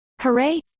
hooray